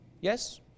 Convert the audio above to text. yes